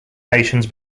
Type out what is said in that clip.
nations